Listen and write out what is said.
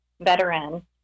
veteran